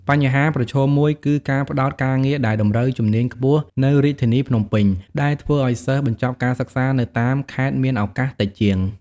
បញ្ហាប្រឈមមួយគឺការផ្តោតការងារដែលតម្រូវជំនាញខ្ពស់នៅរាជធានីភ្នំពេញ ដែលធ្វើឲ្យសិស្សបញ្ចប់ការសិក្សានៅតាមខេត្តមានឱកាសតិចជាង។